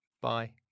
Bye